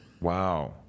wow